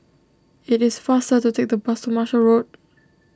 it is faster to take the bus to Marshall Road